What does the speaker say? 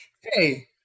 Hey